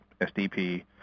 SDP